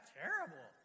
terrible